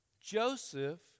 Joseph